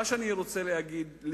מה שאני רוצה להגיד,